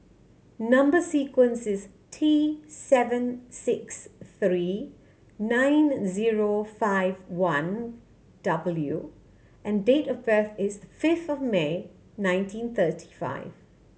number sequence is T seven six three nine zero five one W and date of birth is fifth May nineteen thirty five